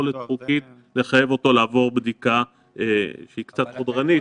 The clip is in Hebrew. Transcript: יכולת חוקית לחייב אותו לעבור בדיקה שהיא קצת חודרנית.